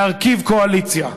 להרכיב קואליציה,